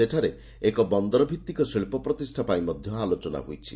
ସେଠାରେ ଏକ ବନ୍ଦର ଭିତ୍ତିକ ଶିଳ୍ ପ୍ରତିଷ୍ଠା ପାଇଁ ମଧ୍ଧ ଆଲୋଚନା ହୋଇଛି